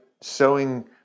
Sowing